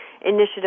Initiative